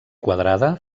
quadrada